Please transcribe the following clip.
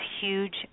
huge